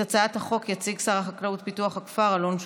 את הצעת החוק יציג שר החקלאות ופיתוח הכפר אלון שוסטר,